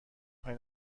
خوای